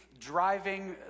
driving